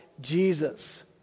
Jesus